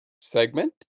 Segment